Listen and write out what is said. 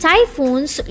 Typhoons